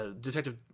Detective